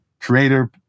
creator